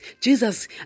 Jesus